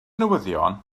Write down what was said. newyddion